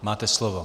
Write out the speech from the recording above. Máte slovo.